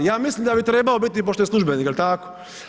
Ja mislim da bi trebao biti pošto je službenik jel tako?